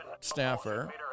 staffer